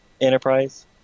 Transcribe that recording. Enterprise